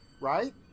Right